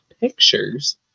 pictures